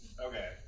Okay